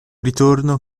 ritorno